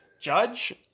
Judge